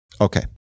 Okay